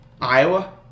Iowa